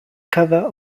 cover